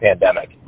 pandemic